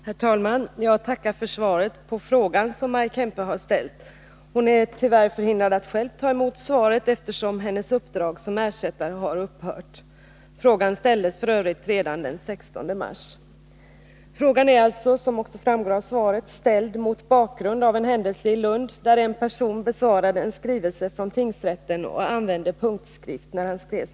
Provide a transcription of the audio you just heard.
Herr talman! Jag tackar för svaret på frågan, som Maj Kempe har ställt. Hon är tyvärr förhindrad att själv ta emot svaret, eftersom hennes uppdrag som ersättare har upphört. Frågan ställdes f. ö. redan den 16 mars. Som framgår av svaret är frågan ställd mot bakgrund av en händelse i Lund, där en person besvarade en skrivelse från tingsrätten och då använde punktskrift.